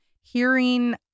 hearing